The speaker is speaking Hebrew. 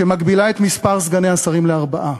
שמגבילה את מספר סגני השרים לארבעה,